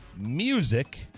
Music